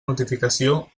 notificació